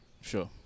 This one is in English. Sure